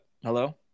Hello